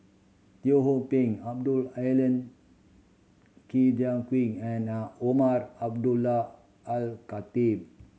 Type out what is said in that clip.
Teo Ho Pin Abdul Aleem and Umar Abdullah Al Khatib